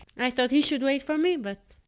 i thought he should wait for me, but,